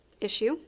issue